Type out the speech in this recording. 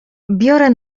biorę